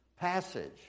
passage